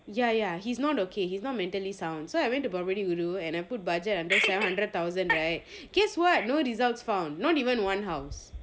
ya ya he is not okay he is not mentally sound so I went to property guru and then I put budget and then seven hundred thousand right guess what no results found not even one house